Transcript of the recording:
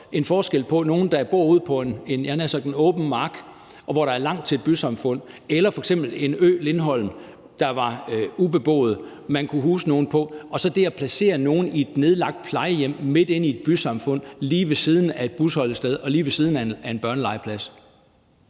– havde jeg nær sagt – ude på en åben mark, hvor der er langt til et bysamfund, eller f.eks. på en ø som Lindholm, som er ubeboet, som man kunne huse nogen på, og så det at placere nogen i et nedlagt plejehjem midt inde i et bysamfund, lige ved siden af et busstoppested og lige ved siden af en legeplads.